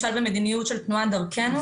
ומדיניות של תנועת דרכנו.